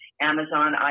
Amazon